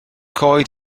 coed